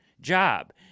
job